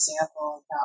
example